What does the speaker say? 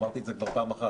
אמרתי את זה כבר פעם אחת.